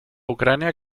ucrania